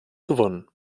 gewonnen